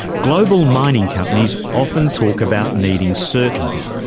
global mining companies often talk about needing certainty,